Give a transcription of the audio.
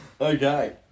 Okay